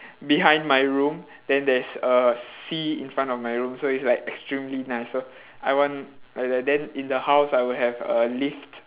behind my room then there's a sea in front of my room so it's like extremely nice so I want like the then in the house I will have a lift